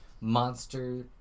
monster